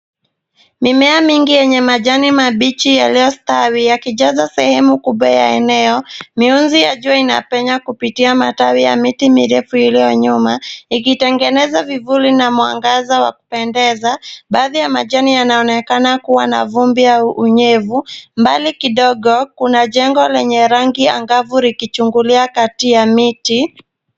Mimea mingi yenye majani mabichi yaliyostawi yakijaza sehemu kubwa ya eneo. Miuzi ya jua inapenya kupitia matawi ya miti mirefu iliyo nyuma ikitengeneza vivuli na mwangaza wa kupendeza. Baadhi ya majani yanaonekana kuwa na vumbi au unyevu. Mbali kidogo kuna jengo lenye rangi angavu likichungulia kati ya miti.